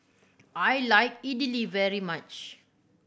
I like Idili very much